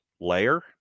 layer